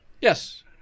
Yes